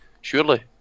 surely